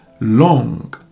long